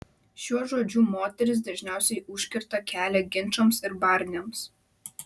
šiuo žodžiu moterys dažniausiai užkerta kelią ginčams ir barniams